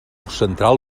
central